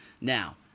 Now